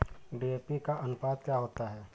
DAP का अनुपात क्या होता है?